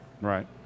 right